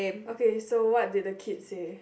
okay so what did the kid say